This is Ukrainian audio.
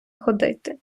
ходити